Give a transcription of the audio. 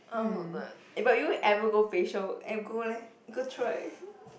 uh but you ever go facial eh go leh go try